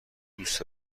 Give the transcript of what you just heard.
دوست